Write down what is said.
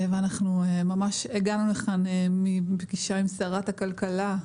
הגענו לכאן מפגישה עם שרת הכלכלה,